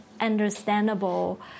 understandable